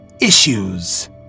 issues